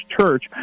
church